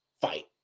fight